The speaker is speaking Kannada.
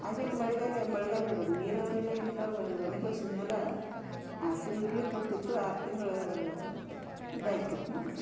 ಆಗೆಲ್ ಮಳಿಗಾಲ ಮಳಿಗಾಲ್ರ ನೀರಾವರಿ ಇಲ್ಲ ಏನಿಲ್ಲ ಒಣಬೇಸಿದ್ ನೆಲ ಆರು ತಿಂಗ್ಳು ಪೀಕ್ ಬಿಡ್ತಿತ್ತು ಆರು ತಿಂಗ್ಳಾ ಇದಾಕಿತ್ತು ನಮ್ದು ಅದ